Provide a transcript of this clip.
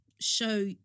show